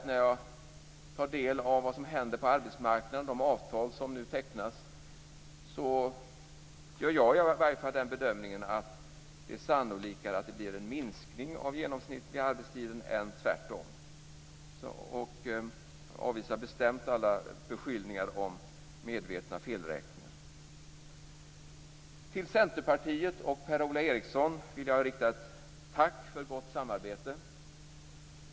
När jag tar del av vad som händer på arbetsmarknaden, de avtal som nu tecknas, gör i varje fall jag den bedömningen att det är mer sannolikt att det blir en minskning av den genomsnittliga arbetstiden än tvärtom. Jag avvisar bestämt alla beskyllningar om medvetna felräkningar. Till Centerpartiet och Per-Ola Eriksson vill jag rikta ett tack för ett gott samarbete.